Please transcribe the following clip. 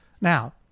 Now